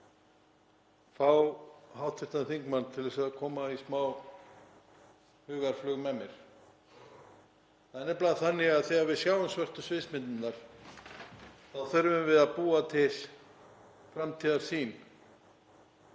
fá hv. þingmann til að koma í smá hugarflug með mér. Það er nefnilega þannig að þegar við sjáum svörtu sviðsmyndirnar þá þurfum við að búa til framtíðarsýn